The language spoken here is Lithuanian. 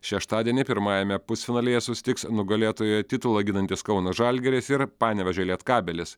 šeštadienį pirmajame pusfinalyje susitiks nugalėtojo titulą ginantis kauno žalgiris ir panevėžio lietkabelis